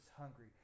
hungry